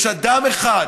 יש אדם אחד